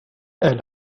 elle